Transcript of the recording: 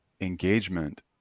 engagement